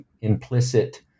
implicit